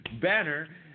banner